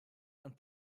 and